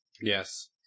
Yes